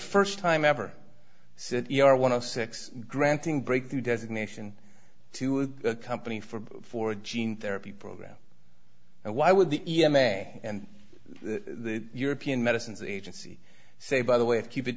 first time ever since you are one of six granting breakthrough designation to a company for for a gene therapy program and why would the e m a and the european medicines agency say by the way to keep it